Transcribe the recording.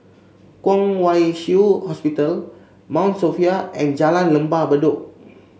Kwong Wai Shiu Hospital Mount Sophia and Jalan Lembah Bedok